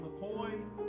McCoy